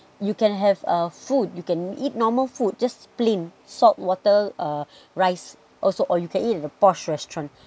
you can have uh food you can eat normal food just plain saltwater uh rice also or you can eat at a posh restaurant